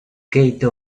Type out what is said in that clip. cato